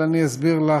אבל אסביר לך,